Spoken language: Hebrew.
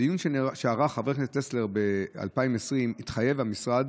בדיון שערך חבר הכנסת טסלר ב-2020, התחייב המשרד